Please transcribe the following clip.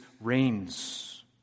reigns